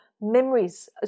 memories